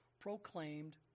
proclaimed